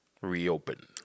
reopen